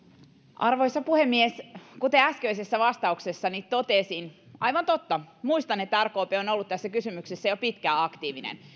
arvoisa puhemies kuten äskeisessä vastauksessani totesin aivan totta muistan että rkp on on ollut tässä kysymyksessä jo pitkään aktiivinen